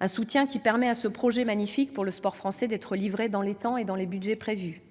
un soutien qui permet à ce projet magnifique pour le sport français d'être livré dans les temps et dans les budgets prévus.